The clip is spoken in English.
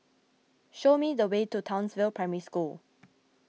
show me the way to Townsville Primary School